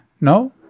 No